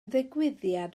ddigwyddiad